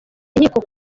inkiko